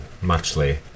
muchly